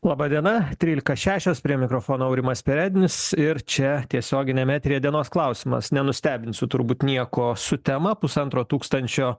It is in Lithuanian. laba diena trylika šešios prie mikrofono aurimas perednis ir čia tiesioginiame eteryje dienos klausimas nenustebinsiu turbūt nieko su tema pusantro tūkstančio